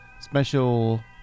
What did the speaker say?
Special